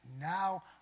Now